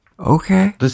Okay